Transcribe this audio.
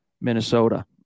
Minnesota